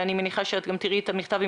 ואני מניחה שאת גם תראי את המכתב,